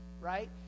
right